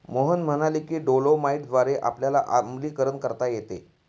मोहन म्हणाले की डोलोमाईटद्वारे आपल्याला आम्लीकरण करता येते